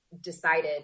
decided